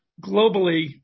globally